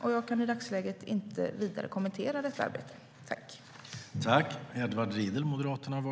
Jag kan inte i dagsläget kommentera detta arbete vidare.